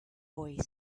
boy